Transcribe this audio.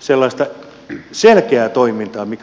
sellaista selkeää toimintaa mikä on